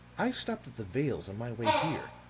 i stopped at the vale's on my way here,